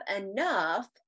enough